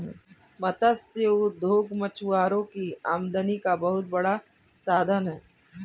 मत्स्य उद्योग मछुआरों की आमदनी का बहुत बड़ा साधन है